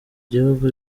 gihugu